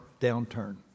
downturn